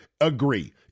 agree